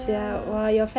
ya